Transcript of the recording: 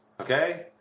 Okay